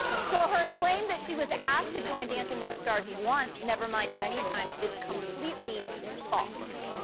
so her claim that she was asked to join dancing with the stars once nevermind many times is completely false.